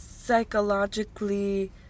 psychologically